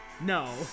no